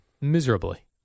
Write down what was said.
miserably